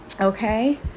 okay